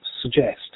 suggest